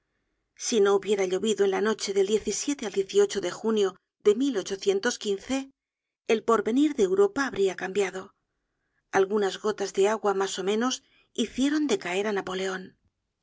si no hubiera llovido en la noche del al de junio de el porvenir de europa habria cambiado algunas gotas de agua mas ó menos hicieron decaer á napoleon